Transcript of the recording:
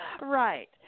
Right